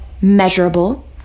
measurable